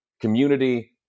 community